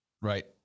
Right